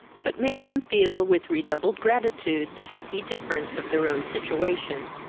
but made them feel with redoubled gratitude the happy difference of their own situation.